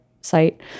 site